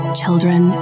children